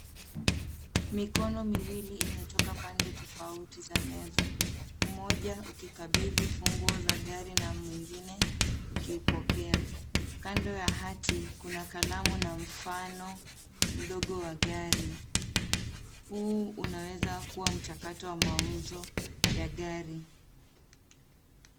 Mikono miwili imetoka pande tofauti za meza. Moja ukikabidhi funguo za gari na mwingine ukiupokea. Kando ya hati, kuna kalamu na mfano mdogo wa gari. Huu unaweza kuwa mchakato wa mauzo ya gari.